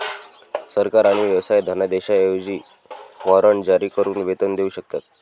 सरकार आणि व्यवसाय धनादेशांऐवजी वॉरंट जारी करून वेतन देऊ शकतात